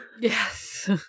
yes